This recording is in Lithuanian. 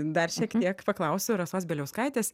dar šiek tiek paklausiu rasos bieliauskaitės